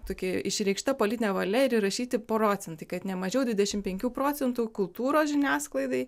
tokia išreikšta politinė valia ir įrašyti procentai kad ne mažiau dvidešimt penkių procentų kultūros žiniasklaidai